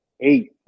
eight